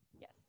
Yes